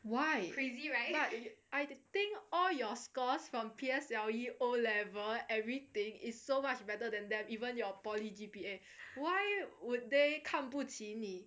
why but I think all your scores from P_S_L_E O levels everything is so much better than them even your poly G_P_A why would they 看不起你